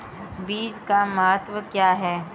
बीज का महत्व क्या है?